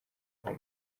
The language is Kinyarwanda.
ibahe